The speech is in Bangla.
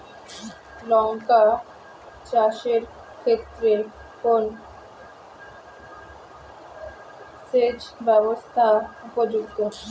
লঙ্কা চাষের ক্ষেত্রে কোন সেচব্যবস্থা উপযুক্ত?